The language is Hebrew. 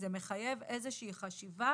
זה מחייב איזושהי חשיבה